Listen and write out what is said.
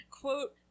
Quote